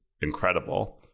incredible